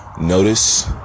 notice